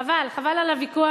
חבל, חבל על הוויכוח.